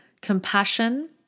compassion